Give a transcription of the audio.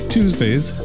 Tuesdays